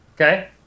Okay